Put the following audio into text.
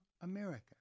America